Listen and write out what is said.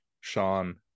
Sean